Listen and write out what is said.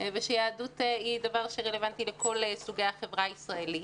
ושיהדות היא דבר שרלוונטי לכל סוגי החברה הישראלית,